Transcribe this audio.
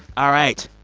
all right.